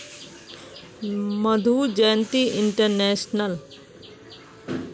Madhu Jayanti international